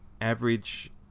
average